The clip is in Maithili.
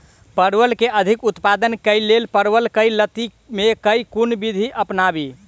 परवल केँ अधिक उत्पादन केँ लेल परवल केँ लती मे केँ कुन विधि अपनाबी?